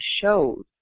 shows